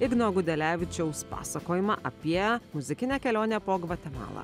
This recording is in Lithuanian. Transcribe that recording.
igno gudelevičiaus pasakojimą apie muzikinę kelionę po gvatemalą